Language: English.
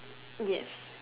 yes